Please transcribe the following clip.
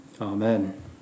Amen